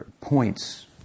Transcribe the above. points